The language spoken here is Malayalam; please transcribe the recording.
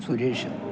സുരേഷ്